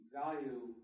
value